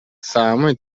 саамай